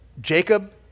Jacob